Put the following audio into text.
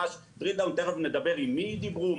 תכף נגיד עם מי שדברו,